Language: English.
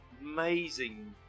amazing